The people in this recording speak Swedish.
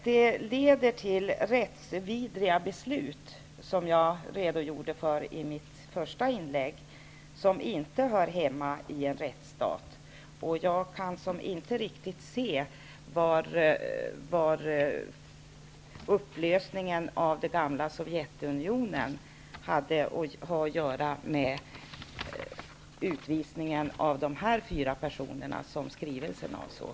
Det leder till rättsvidriga beslut, vilket jag redogjorde för i mitt första inlägg, beslut som inte hör hemma i en rättsstat. Jag kan inte riktigt se vad upplösningen av det gamla Sovjetunionen har att göra med utvisningen av de fyra personer som skrivelsen avsåg.